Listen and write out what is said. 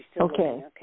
Okay